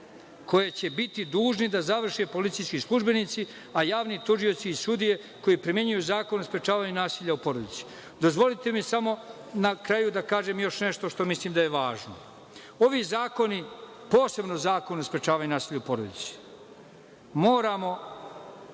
koje će biti dužni da završe policijski službenici, a javni tužioci i sudije koji primenjuju Zakon o sprečavanju nasilja u porodici. Dozvolite mi samo na kraju da kažem još nešto što mislim da je važno. Ovi zakoni, posebno Zakon o sprečavanju nasilja u porodici, moramo